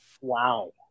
wow